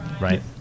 right